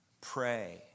Pray